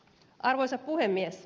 arvoisa puhemies